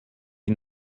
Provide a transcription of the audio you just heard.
die